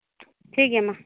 ᱴᱷᱤᱠ ᱜᱮᱭᱟᱢᱟ